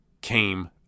came